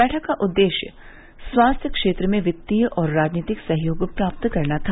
बैठक का उद्देश्य स्वास्थ्य क्षेत्र में वित्तीय और राजनीतिक सहयोग प्राप्त करना था